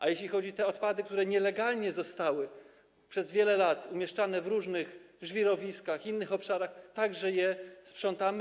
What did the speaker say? A jeśli chodzi o te odpady, które nielegalnie były przez wiele lat umieszczane na różnych żwirowiskach i innych obszarach, to także je sprzątamy.